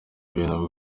ibintu